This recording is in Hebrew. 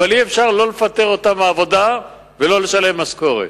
אבל אי-אפשר לא לפטר אותם מהעבודה ולא לשלם משכורת.